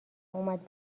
اومد